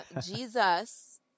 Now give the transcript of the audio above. Jesus